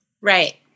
Right